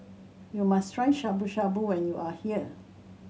you must try Shabu Shabu when you are here